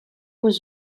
aux